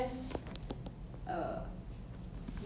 we may think that we are going to do